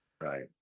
Right